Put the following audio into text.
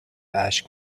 اشک